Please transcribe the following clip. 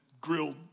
grilled